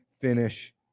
finish